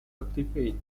activate